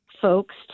folks